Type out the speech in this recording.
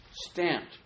Stamped